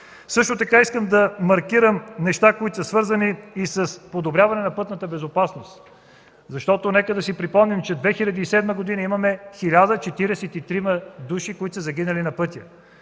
Също така искам да маркирам неща, които са свързани с подобряване на пътната безопасност, защото нека да си припомним, че през 2007 г. имаме 1043 души, които са загинали на пътя.